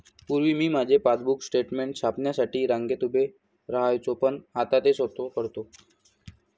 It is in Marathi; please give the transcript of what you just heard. पूर्वी मी माझे पासबुक स्टेटमेंट छापण्यासाठी रांगेत उभे राहायचो पण आता ते स्वतः करतो